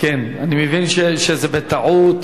מבין שזה בטעות,